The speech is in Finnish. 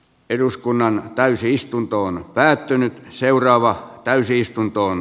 eduskunnan täysistuntoon päätynyt seuraavaan täysistuntoon